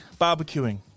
barbecuing